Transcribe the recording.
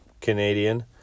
Canadian